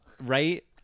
right